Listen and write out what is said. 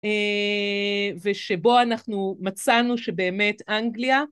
ושבו אנחנו מצאנו שבאמת אנגליה...